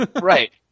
Right